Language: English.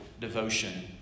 devotion